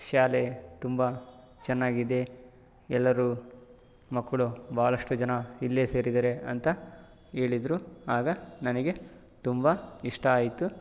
ಶಾಲೆ ತುಂಬ ಚೆನ್ನಾಗಿದೆ ಎಲ್ಲರೂ ಮಕ್ಕಳು ಬಹಳಷ್ಟು ಜನ ಇಲ್ಲೇ ಸೇರಿದ್ದಾರೆ ಅಂತ ಹೇಳಿದರು ಆಗ ನನಗೆ ತುಂಬ ಇಷ್ಟ ಆಯಿತು